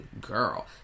girl